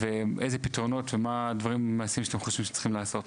ואיזה פתרונות ומה הדברים המעשיים שאתם חושבים שצריכים לעשות.